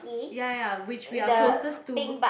ya ya which we are closest to